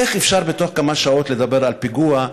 איך אפשר בתוך כמה שעות לדבר על פיגוע,